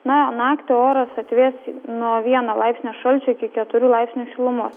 nao naktį oras atvės nuo vieno laipsnio šalčio iki keturių laipsnių šilumos